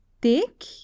Dick